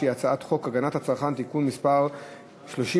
הצעת חוק הגנת הצרכן (תיקון מס' 37),